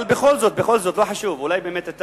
אבל בכל זאת, בכל זאת, לא חשוב, אולי באמת אתה,